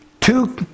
Two